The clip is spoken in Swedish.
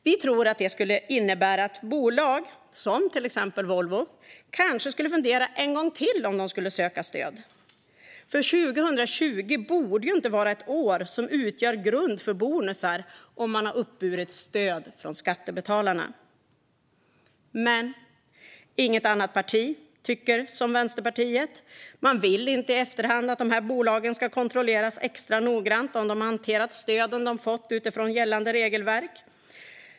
Vi tror att det skulle innebära att bolag, som till exempel Volvo, kanske skulle fundera en gång till på om de ska söka stöd. År 2020 borde ju inte vara ett år som utgör grund för bonusar om man har uppburit stöd från skattebetalarna. Men inget annat parti tycker som Vänsterpartiet. Man vill inte att det ska kontrolleras extra noggrant i efterhand hur bolagen har hanterat de stöd de har fått utifrån gällande regelverk.